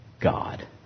God